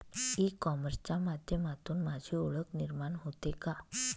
E कॉमर्सच्या माध्यमातून माझी ओळख निर्माण होते का?